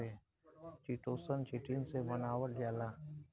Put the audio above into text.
chitosan, chitin से बनावल जाला